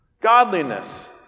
godliness